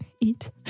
eat